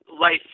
life